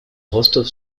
rostov